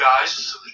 guys